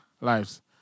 lives